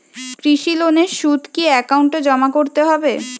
কৃষি লোনের সুদ কি একাউন্টে জমা করতে হবে?